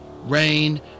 rain